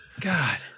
god